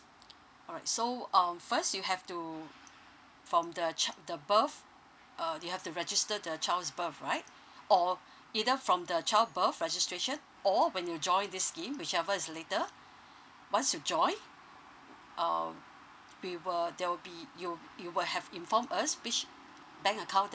alright so um first you have to from the chil~ the birth uh you have to register the child's birth right or either from the child birth registration or when you join this scheme whichever is later once you joined um we will there will be you'll you will have informed us which bank account